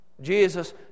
Jesus